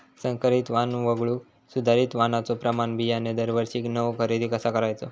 संकरित वाण वगळुक सुधारित वाणाचो प्रमाण बियाणे दरवर्षीक नवो खरेदी कसा करायचो?